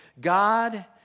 God